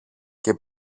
και